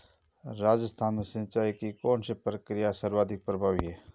राजस्थान में सिंचाई की कौनसी प्रक्रिया सर्वाधिक प्रभावी है?